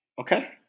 Okay